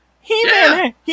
He-Man